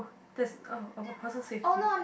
there's oh a person saved you